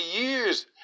years